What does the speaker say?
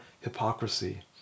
hypocrisy